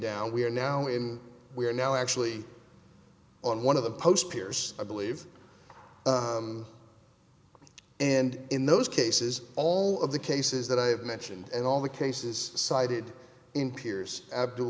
down we are now in we are now actually on one of the post peers i believe and in those cases all of the cases that i have mentioned and all the cases cited in piers abdul